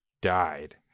died